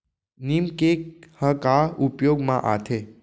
नीम cake ह का उपयोग मा आथे?